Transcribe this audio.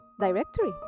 directory